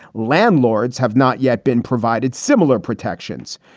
landlords have not yet been provided similar protections.